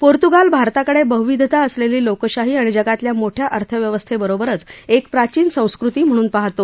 Portugal भारताकड बह्विधता असलक्षी लोकशाही आणि जगातल्या मोठ्या अर्थव्यवस्थवरोबरच एक प्राचीन संस्कृती म्हणून पाहतो